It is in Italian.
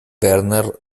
werner